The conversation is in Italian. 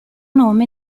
nome